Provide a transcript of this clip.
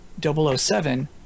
007